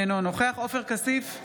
אינו נוכח עופר כסיף,